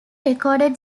recorded